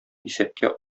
исәпкә